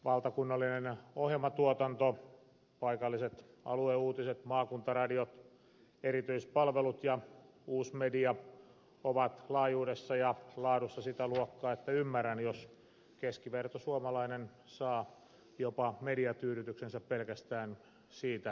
valtakunnallinen ohjelmatuotanto paikalliset alueuutiset maakuntaradiot erityispalvelut ja uusmedia ovat laajuudessa ja laadussa sitä luokkaa että ymmärrän jos keskivertosuomalainen saa jopa mediatyydytyksensä pelkästään siitä paketista